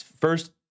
first